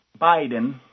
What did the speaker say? Biden